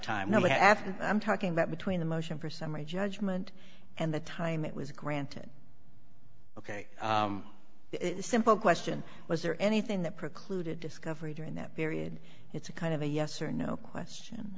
happened i'm talking about between the motion for summary judgment and the time it was granted ok the simple question was there anything that precluded discovery during that period it's a kind of a yes or no question